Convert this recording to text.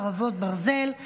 חרבות ברזל),